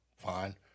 Fine